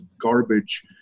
garbage